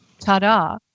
ta-da